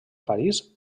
parís